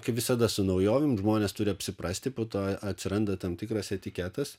kaip visada su naujovėm žmonės turi apsiprasti po to atsiranda tam tikras etiketas